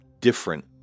different